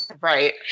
Right